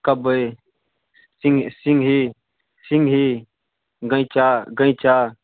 कबइ सिङ सिङही सिङही गैञ्चा गैञ्चा